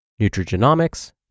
nutrigenomics